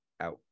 out